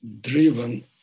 driven